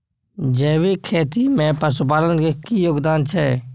जैविक खेती में पशुपालन के की योगदान छै?